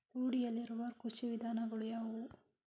ರೂಢಿಯಲ್ಲಿರುವ ಕೃಷಿ ವಿಧಾನಗಳು ಯಾವುವು?